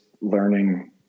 learning